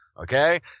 okay